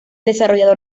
desarrollador